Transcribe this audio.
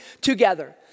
together